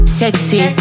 sexy